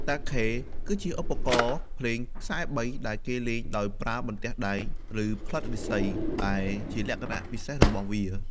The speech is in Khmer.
តាខេ គឺជាឧបករណ៍ភ្លេងខ្សែបីដែលគេលេងដោយប្រើបន្ទះដែក ឬផ្លិតឫស្សី ដែលជាលក្ខណៈពិសេសរបស់វា។